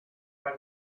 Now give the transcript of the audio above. pas